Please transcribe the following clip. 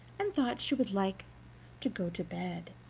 and thought she would like to go to bed.